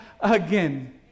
again